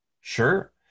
Sure